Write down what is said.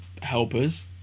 helpers